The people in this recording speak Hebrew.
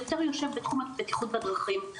יותר יושב בתחום הבטיחות בדרכים,